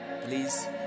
please